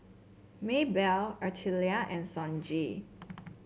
Maebell Artelia and Sonji